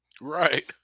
Right